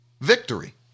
victory